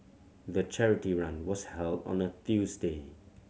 the charity run was held on a Tuesday